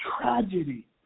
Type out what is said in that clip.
tragedy